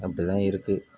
அப்படி தான் இருக்குது